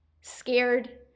scared